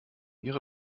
ihre